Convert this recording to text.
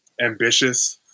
ambitious